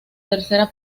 tercera